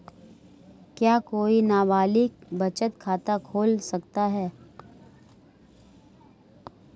क्या कोई नाबालिग बचत खाता खोल सकता है?